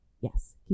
Yes